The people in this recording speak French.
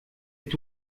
est